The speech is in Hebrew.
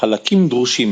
חלקים דרושים